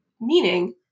meaning